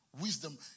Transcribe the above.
Wisdom